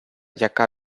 яка